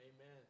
Amen